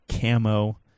camo